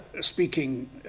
speaking